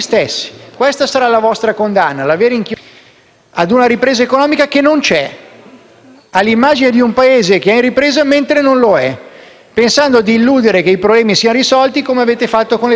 all'immagine di un Paese che è in ripresa mentre non lo è, pensando di illudere che i problemi siano risolti come avete fatto con le zone terremotate, mandando le telecamere a riprendere un taglio di nastro, ma dimenticando che nel 90 per cento di quelle zone ancora oggi si aspetta che siano semplicemente spostate le macerie. Quella